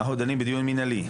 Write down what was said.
אנחנו דנים בדיון מנהלי.